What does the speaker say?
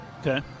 Okay